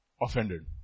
offended